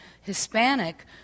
Hispanic